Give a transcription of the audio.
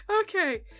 Okay